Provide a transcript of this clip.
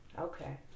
Okay